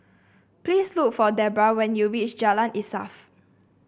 please look for Debbra when you reach Jalan Insaf